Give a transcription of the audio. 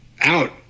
out